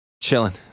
chilling